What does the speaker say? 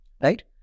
Right